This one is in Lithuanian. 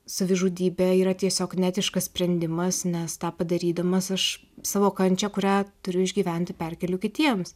savižudybė yra tiesiog neetiškas sprendimas nes tą padarydamas aš savo kančią kurią turiu išgyventi perkeliu kitiems